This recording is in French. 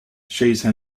chase